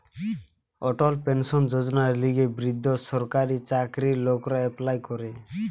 অটল pension যোজনার লিগে বৃদ্ধ সরকারি চাকরির লোকরা এপ্লাই করে